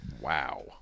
Wow